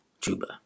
Juba